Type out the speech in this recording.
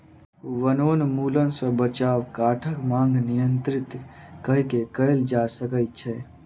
वनोन्मूलन सॅ बचाव काठक मांग नियंत्रित कय के कयल जा सकै छै